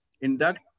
induct